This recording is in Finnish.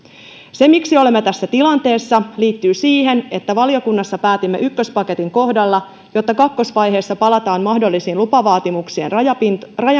se miksi olemme tässä tilanteessa liittyy siihen että valiokunnassa päätimme ykköspaketin kohdalla että kakkosvaiheessa palataan mahdollisiin lupavaatimuksien rajankäynteihin